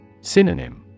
Synonym